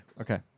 Okay